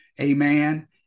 Amen